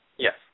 Yes